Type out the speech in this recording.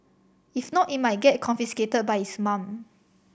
if not it might get confiscated by his mum